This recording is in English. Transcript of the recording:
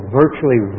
virtually